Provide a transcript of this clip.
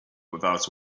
without